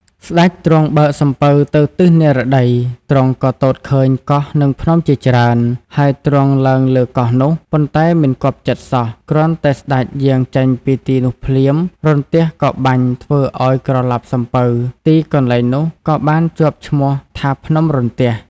ស្ដេចទ្រង់បើកសំពៅទៅទិសនិរតី ទ្រង់ក៏ទតឃើញកោះនិងភ្នំជាច្រើន ហើយទ្រង់ឡើងលើកោះនោះ ប៉ុន្តែមិនគាប់ចិត្តសោះ គ្រាន់តែស្តេចយាងចេញពីទីនោះភ្លាមរន្ទះក៏បាញ់ធ្វើឲ្យក្រឡាប់សំពៅ ទីកន្លែងនោះក៏បានជាប់ឈ្មោះថា ភ្នំរន្ទះ។